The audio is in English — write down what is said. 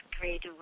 great